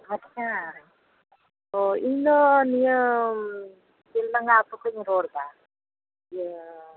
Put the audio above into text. ᱟᱪᱪᱷᱟ ᱛᱚ ᱤᱧ ᱫᱚ ᱱᱤᱭᱟᱹ ᱵᱮᱞᱰᱟᱝᱜᱟ ᱟᱹᱛᱩ ᱠᱷᱚᱱ ᱤᱧ ᱨᱚᱲ ᱮᱫᱟ ᱤᱭᱟᱹ